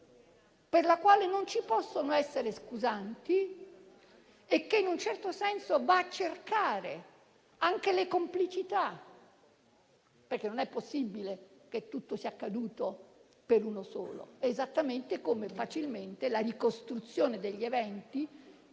per la quale non ci possono essere scusanti e che in un certo senso va a cercare anche le complicità. Non è possibile infatti che tutto sia accaduto per uno solo, esattamente come la ricostruzione degli eventi,